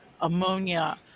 ammonia